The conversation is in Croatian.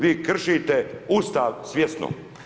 Vi kršite Ustav svjesno.